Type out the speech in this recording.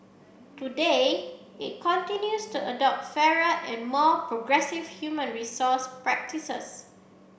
today it continues the adopt fairer and more progressive human resource practices